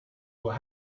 will